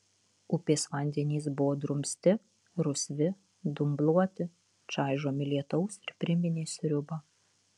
upės vandenys buvo drumsti rusvi dumbluoti čaižomi lietaus ir priminė sriubą